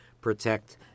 protect